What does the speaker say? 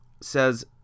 says